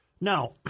Now